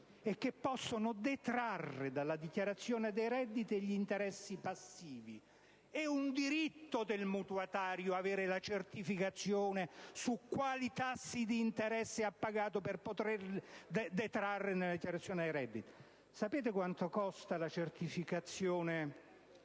e che possono detrarre nella dichiarazione gli interessi passivi. È un diritto del mutuatario avere la certificazione di quali tassi di interesse ha pagato, per poterli detrarre in sede di dichiarazione dei redditi: sapete quanto costa la certificazione,